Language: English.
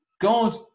God